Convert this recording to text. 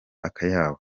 akayabo